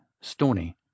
stony